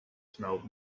smelled